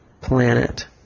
planet